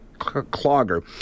clogger